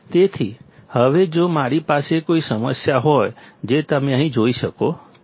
તેથી હવે જો મારી પાસે કોઈ સમસ્યા હોય જે તમે અહીં જોઈ શકો છો